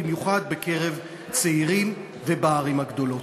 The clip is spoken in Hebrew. במיוחד בקרב צעירים ובערים הגדולות.